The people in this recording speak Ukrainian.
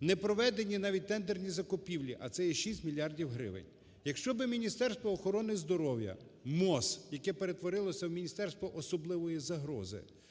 не проведені навіть тендерні закупівлі, а це є 6 мільярдів гривень. Якщо би Міністерство охорони здоров'я – МОЗ, яке перетворилося в "міністерство особливої загрози",